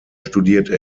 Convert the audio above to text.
studierte